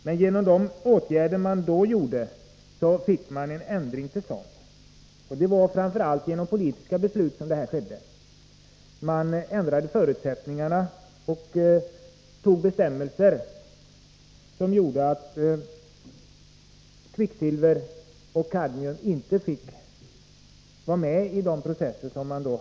Men genom de åtgärder som vidtogs fick man en ändring till stånd. Det var framför allt genom politiska beslut som detta skedde. Man ändrade förutsättningarna och införde bestämmelser som gjorde att kvicksilver och kadmium inte fick ingå i de processer det gällde.